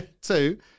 Two